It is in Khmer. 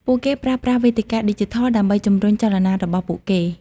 ពួកគេប្រើប្រាស់វេទិកាឌីជីថលដើម្បីជំរុញចលនារបស់ពួកគេ។